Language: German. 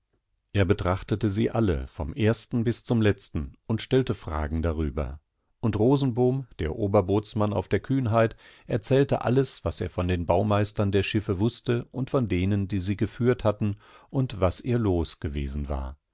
er betrachtete sie alle vom ersten bis zum letzten und stellte fragen darüber und rosenbom der oberbootsmannaufderkühnheit erzähltealles waservondenbaumeistern der schiffe wußte und von denen die sie geführt hatten und was ihr los gewesen war